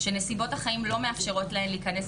שנסיבות החיים לא מאפשרות להן להיכנס